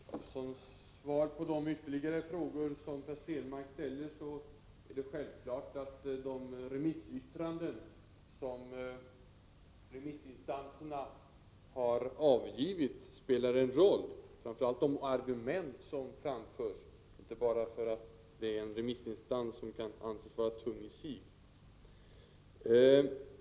Herr talman! Som svar på de ytterligare frågor Per Stenmarck ställde vill jag säga: Det är självklart att de remissyttranden som remissinstanserna avgett spelar en roll. Framför allt spelar de argument som framförts en roll — inte endast att de kommer från remissinstanser som kan anses vara tunga i sig.